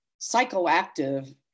psychoactive